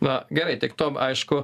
na gerai tiek to aišku